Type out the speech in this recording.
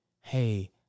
hey